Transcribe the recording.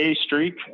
streak